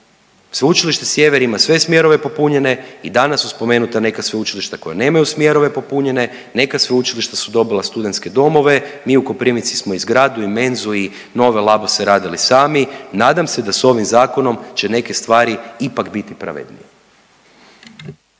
Sveučilište Sjever ima sve smjerove popunjene i danas su spomenuta neka sveučilišta koja nemaju smjerove popunjene, neka sveučilišta su dobila studentske domove, mi u Koprivnici smo i zgradu i menzu i nove labose radili sami, nadam se da s ovim zakonom će neke stvari ipak biti pravednije.